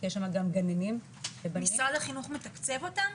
יש שם גם גננים משרד החינוך מתקצב אותם?